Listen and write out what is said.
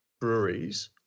breweries